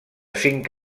cinc